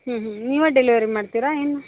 ಹ್ಞೂ ಹ್ಞೂ ನೀವೇ ಡೆಲಿವರಿ ಮಾಡ್ತೀರಾ ಏನು